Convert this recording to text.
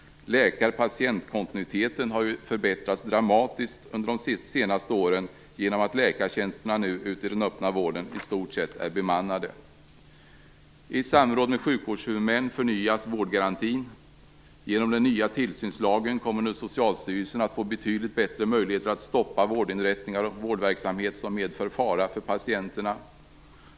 Läkar-patient-kontinuiteten har dramatiskt förbättrats under de senaste åren genom att läkartjänsterna i den öppna vården nu i stort sett är bemannade. Socialstyrelsen att få betydligt bättre möjligheter att stoppa vårdinrättningar och vårdverksamhet som medför fara för patienterna.